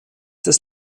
des